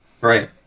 Right